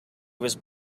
was